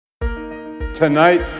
Tonight